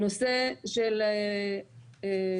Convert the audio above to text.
הנושא של האכסנייה,